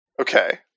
Okay